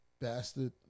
Bastard